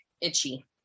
itchy